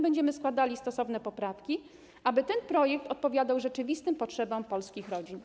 Będziemy składali stosowne poprawki, aby ten projekt odpowiadał rzeczywistym potrzebom polskich rodzin.